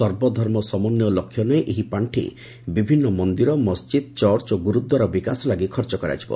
ସର୍ବଧର୍ମ ସମନ୍ୱୟ ଲକ୍ଷ୍ୟ ନେଇ ଏହି ପାଖି ବିଭିନ୍ନ ମନ୍ଦିର ମସ୍ଜିଦ୍ ଚର୍ଚ ଓ ଗୁରୁଦ୍ୱାର ବିକାଶ ଲାଗି ଖର୍ଚ କରାଯିବ